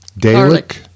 Dalek